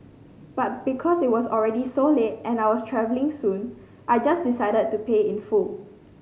but because it was already so late and I was travelling soon I just decided to pay in full